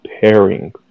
pairing